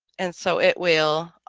and so it will